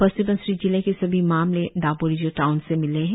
अपर स्बनसिरि जिले के सभी मामले दोपोरिजो टाउन से मिले है